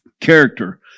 character